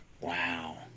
Wow